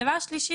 דבר שלישי,